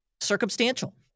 circumstantial